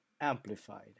amplified